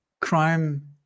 crime